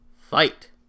Fight